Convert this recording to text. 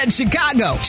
Chicago